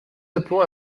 appelons